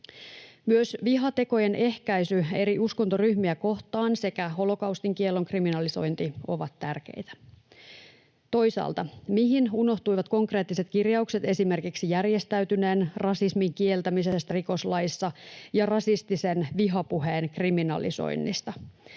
Myös vihatekojen ehkäisy eri uskontoryhmiä kohtaan sekä holokaustin kiellon kriminalisointi ovat tärkeitä. Toisaalta mihin unohtuivat konkreettiset kirjaukset esimerkiksi järjestäytyneen rasismin kieltämisestä rikoslaissa ja rasistisen vihapuheen kriminalisoinnista?